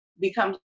becomes